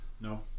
No